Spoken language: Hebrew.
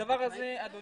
אין